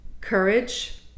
courage